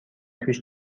توش